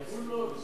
על העיקול,